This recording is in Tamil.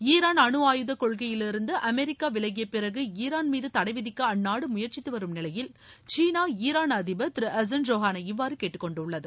ஈரான் அனுஆயுத கொள்கையிலிருந்து அமெரிக்கா விலகிய பிறகு ஈரான் மீது தடைவிதிக்க அந்நாடு முயற்சித்து வரும் நிலையில் சீனா ஈரான் அதிபர் திரு ஹசன் ரோகானை இவ்வாறு கேட்டுக்கொண்டுள்ளது